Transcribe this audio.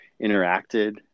interacted